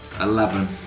Eleven